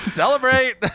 celebrate